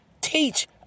Teach